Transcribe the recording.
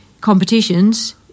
competitions